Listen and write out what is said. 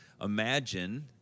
imagine